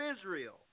Israel